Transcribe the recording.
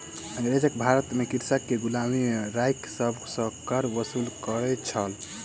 अँगरेज भारत में कृषक के गुलामी में राइख सभ सॅ कर वसूल करै छल